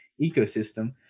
ecosystem